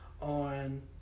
on